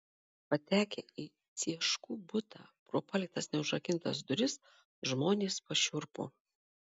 patekę į cieškų butą pro paliktas neužrakintas duris žmonės pašiurpo